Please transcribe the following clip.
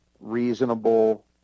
reasonable